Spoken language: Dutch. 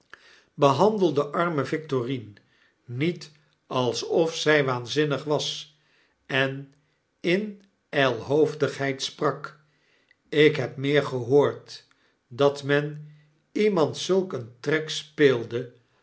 de arme victorine niet alsof zg waanzinnig was en in glhoofdigheid sprak ik heb meer gehoord dat men iemand zulk eeo trek speelde